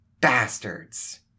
Bastards